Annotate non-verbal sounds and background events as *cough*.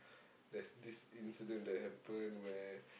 *breath* there's this incident that happen where